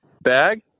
bag